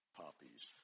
poppies